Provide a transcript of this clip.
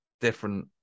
different